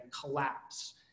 collapse